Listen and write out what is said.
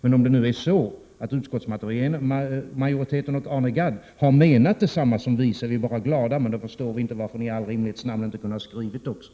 Men om utskottsmajoriteten och Arne Gadd nu har menat detsamma som vi, är vi bara glada, men då förstår vi inte varför ni inte i all rimlighets namn också kunde ha skrivit det.